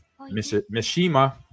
Mishima